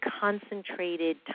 concentrated